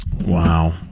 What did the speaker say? Wow